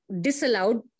disallowed